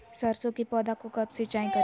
सरसों की पौधा को कब सिंचाई करे?